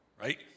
right